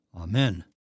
Amen